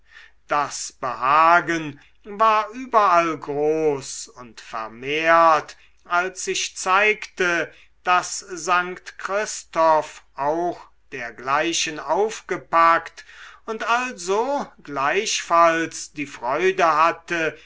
das behagen war überall groß und vermehrt als sich zeigte daß st christoph auch dergleichen aufgepackt und also gleichfalls die freude hatte